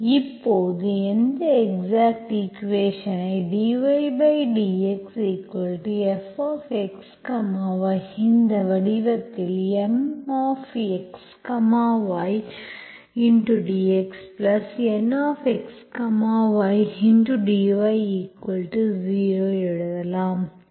இப்போது எந்த எக்ஸாக்ட் ஈக்குவேஷன்ஸ்ஐ dydxfx y இந்த வடிவத்தில் Mxy dxNxy dy0 எழுதலாம்